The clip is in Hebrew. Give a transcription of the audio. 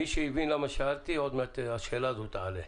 מי שהבין למה שאלתי, עוד מעט השאלה הזאת תעלה.